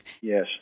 Yes